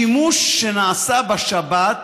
השימוש שנעשה בשבת